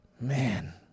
man